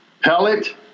pellet